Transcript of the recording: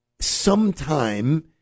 sometime